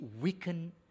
weaken